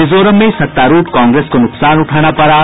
मिजोरम में सत्तारूढ़ कांग्रेस को नुकसान उठाना पड़ा